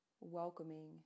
welcoming